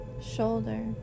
shoulder